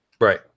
right